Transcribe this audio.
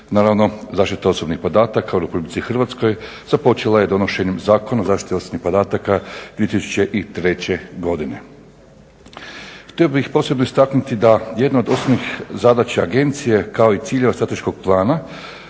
Naravno zaštitu osobnih podataka u RH započela je donošenjem Zakona o zaštiti osobnih podataka 2003.godine. Htio bih posebno istaknuti da jedna od osnovnih zadaća agencije kao i ciljeva strateškog plana